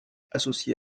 associée